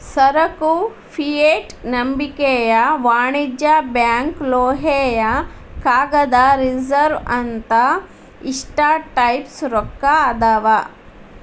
ಸರಕು ಫಿಯೆಟ್ ನಂಬಿಕೆಯ ವಾಣಿಜ್ಯ ಬ್ಯಾಂಕ್ ಲೋಹೇಯ ಕಾಗದದ ರಿಸರ್ವ್ ಅಂತ ಇಷ್ಟ ಟೈಪ್ಸ್ ರೊಕ್ಕಾ ಅದಾವ್